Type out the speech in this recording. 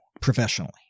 professionally